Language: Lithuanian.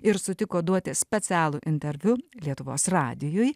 ir sutiko duoti specialų interviu lietuvos radijui